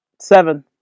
Seven